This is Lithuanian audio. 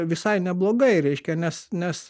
visai neblogai reiškia nes nes